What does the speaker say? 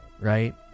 right